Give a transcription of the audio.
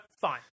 fine